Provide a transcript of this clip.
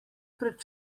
pred